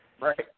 Right